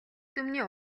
түмний